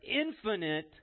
infinite